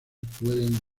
pueden